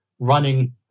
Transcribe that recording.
running